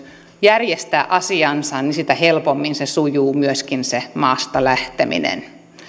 järjestää asiansa niin sitä helpommin se sujuu myöskin se maasta lähteminen